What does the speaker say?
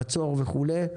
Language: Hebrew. חצור וכולי,